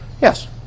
Yes